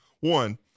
One